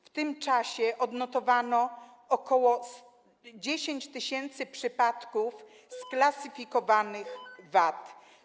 W tym czasie odnotowano ok. 10 tys. przypadków sklasyfikowanych wad.